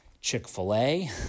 Chick-fil-A